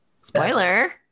Spoiler